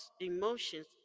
emotions